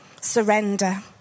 surrender